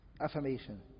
affirmation